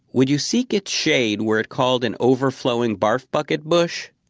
would you seek its shade were it called an overflowing barf bucket bush?